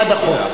בעד החוק.